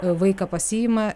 vaiką pasiima